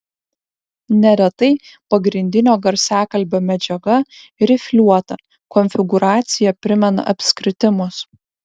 neretai pagrindinio garsiakalbio medžiaga rifliuota konfigūracija primena apskritimus